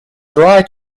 dry